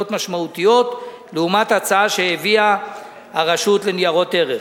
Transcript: משמעותיות לעומת ההצעה שהביאה הרשות לניירות ערך.